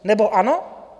Nebo ano?